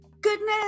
goodness